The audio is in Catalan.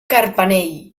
carpanell